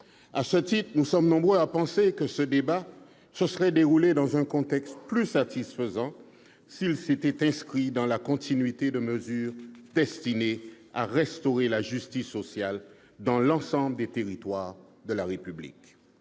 À ce titre, nous sommes nombreux à penser que ce débat se serait déroulé dans un contexte plus satisfaisant s'il s'était inscrit dans la continuité de mesures destinées à restaurer la justice sociale dans l'ensemble des territoires de la République.